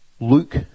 Luke